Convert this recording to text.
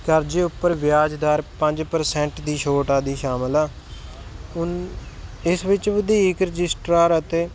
ਕਰਜ਼ੇ ਉੱਪਰ ਵਿਆਜ ਦਰ ਪੰਜ ਪਰਸੰਟ ਦੀ ਛੋਟ ਆਦਿ ਸ਼ਾਮਿਲ ਆ ਹੁਣ ਇਸ ਵਿੱਚ ਵਧੀਕ ਰਜਿਸਟਰਾਰ ਅਤੇ